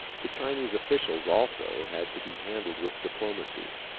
the chinese officials, also, had to be handled with diplomacy.